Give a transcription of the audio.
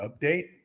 update